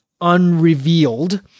unrevealed